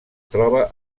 troba